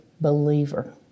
believer